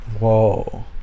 Whoa